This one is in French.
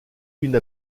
une